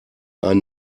ein